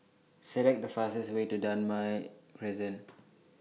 Select The fastest Way to Damai Crescent